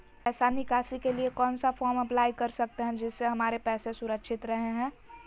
पैसा निकासी के लिए कौन सा फॉर्म अप्लाई कर सकते हैं जिससे हमारे पैसा सुरक्षित रहे हैं?